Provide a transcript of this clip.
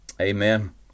Amen